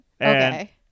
Okay